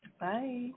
Bye